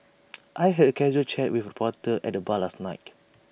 I had A casual chat with reporter at the bar last night